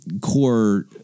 core